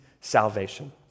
salvation